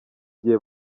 gihe